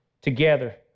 together